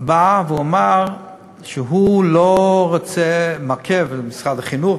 בא ואמר שהוא לא רוצה מעכב למשרד החינוך,